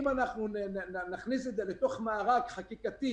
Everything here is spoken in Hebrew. אם אנחנו נכניס את זה לתוך מארג חקיקתי